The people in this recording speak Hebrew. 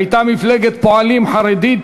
הייתה מפלגת פועלים חרדית